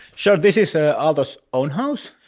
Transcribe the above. sure, this is ah aalto's own house,